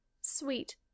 sweet